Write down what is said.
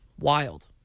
Wild